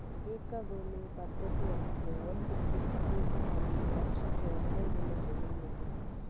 ಏಕ ಬೆಳೆ ಪದ್ಧತಿ ಅಂದ್ರೆ ಒಂದು ಕೃಷಿ ಭೂಮಿನಲ್ಲಿ ವರ್ಷಕ್ಕೆ ಒಂದೇ ಬೆಳೆ ಬೆಳೆಯುದು